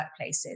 workplaces